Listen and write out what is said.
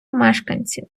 мешканців